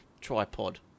tripod